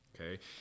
okay